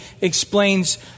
explains